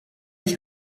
ich